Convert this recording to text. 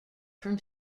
from